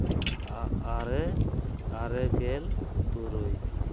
ᱟᱨᱮ ᱟᱨᱮᱜᱮᱞ ᱛᱩᱨᱩᱭ